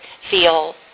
feel